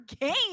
game